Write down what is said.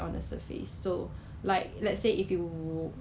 but then they cut it into half